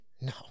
no